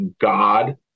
God